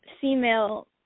female